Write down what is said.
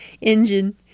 engine